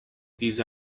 these